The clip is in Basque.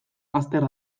azter